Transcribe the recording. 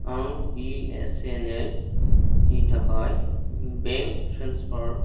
आं बिएसएनएलनि थाखाय बेंक ट्रेन्सफारनि